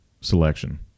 selection